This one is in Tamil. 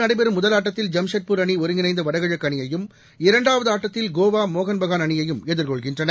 நடைபெறும் முதல் ஆட்டத்தில ஜாம்ஷெட்பூர் அணி இன்று அணியையும் இரண்டாவது ஆட்டத்தில் கோவா மோகன்பகான் அணியையும் எதிர்கொள்கின்றன